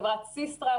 חברת סיסטרה,